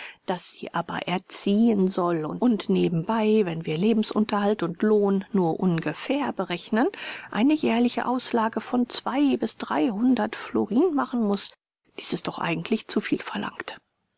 daß sie aber erziehen soll und nebenbei wenn wir lebensunterhalt und lohn nur ungefähr berechnen eine jährliche auslage von zwei bis dreihundert machen muß dies ist doch eigentlich zu viel verlangt